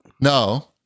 No